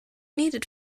needed